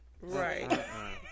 Right